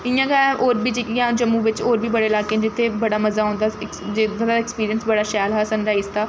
इ'यां गै होर बी जेह्कियां जम्मू बिच्च होर बी बड़े इलाके न जित्थै बड़ा मजा औंदा जिद्धर दा अक्सपिरिंस बड़ा शैल हा सन राइज दा